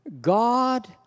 God